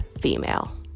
female